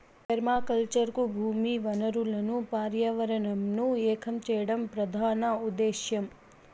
permaculture కు భూమి వనరులను పర్యావరణంను ఏకం చేయడం ప్రధాన ఉదేశ్యం